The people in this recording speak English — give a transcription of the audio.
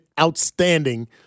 outstanding